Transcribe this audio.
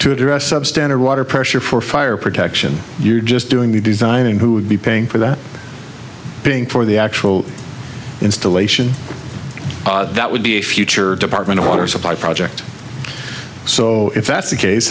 to address substandard water pressure for fire protection you're just doing the designing who would be paying for that being for the actual installation that would be a future department of water supply project so if that's the case